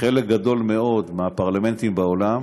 בחלק גדול מאוד מהפרלמנטים בעולם